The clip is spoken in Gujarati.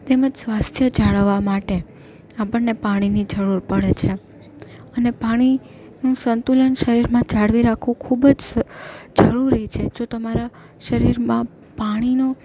તેમજ સ્વાસ્થ્ય જાળવવા માટે આપણને પાણીની જરૂર પડે છે અને પાણીનું સંતુલન શરીરમાં જાળવી રાખવું ખૂબ જ જરૂરી છે જો તમારા શરીરમાં પાણીનો